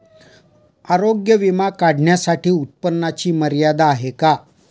आरोग्य विमा काढण्यासाठी उत्पन्नाची मर्यादा आहे का?